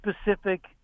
specific –